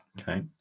Okay